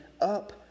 up